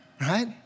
right